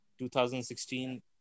2016